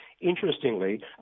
Interestingly